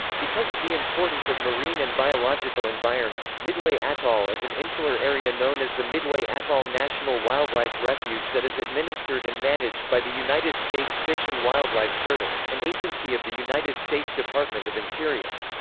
because of the importance of marine and biological environment, midway atoll is an insular area known as the midway atoll national wildlife refuge that is administered and managed by the united states fish and wildlife service, an agency of the united states department of interior.